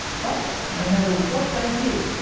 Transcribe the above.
but no matter what they did,